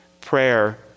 prayer